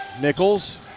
Nichols